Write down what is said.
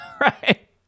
right